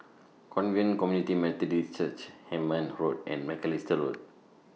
Covenant Community Methodist Church Hemmant Road and Macalister Road